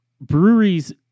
breweries